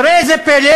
וראה זה פלא,